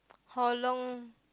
how long